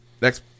Next